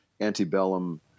antebellum